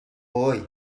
هووی